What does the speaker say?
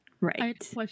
Right